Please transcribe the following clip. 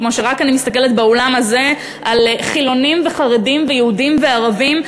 כמו שאני רק מסתכלת באולם הזה על חילונים וחרדים ויהודים וערבים,